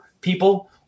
people